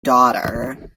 daughter